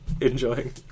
enjoying